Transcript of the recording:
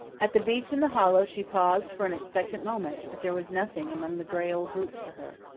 at the beech in the hollow she paused for an expectant moment, but there was nothing among the gray old roots for her.